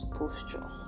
posture